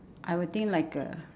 I would think like a